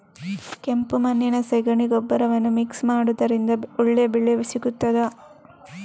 ಕೆಂಪು ಮಣ್ಣಿಗೆ ಸಗಣಿ ಗೊಬ್ಬರವನ್ನು ಮಿಕ್ಸ್ ಮಾಡುವುದರಿಂದ ಒಳ್ಳೆ ಬೆಳೆ ಸಿಗುತ್ತದಾ?